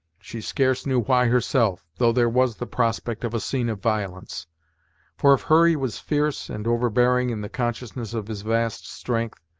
she scarce knew why herself, though there was the prospect of a scene of violence for if hurry was fierce and overbearing in the consciousness of his vast strength,